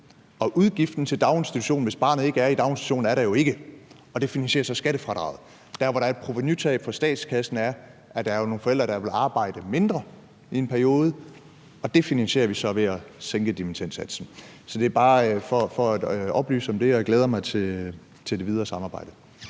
og udgiften til daginstitutionen, hvis barnet ikke er i daginstitutionen, er der jo ikke, så det finansierer skattefradraget. Der, hvor der er et provenutab for statskassen, er, ved at der er nogle forældre, der vil arbejde mindre i en periode – og det finansierer vi så ved at sænke dimittendsatsen. Så jeg ville bare oplyse om det, og jeg glæder mig til det videre samarbejde.